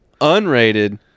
unrated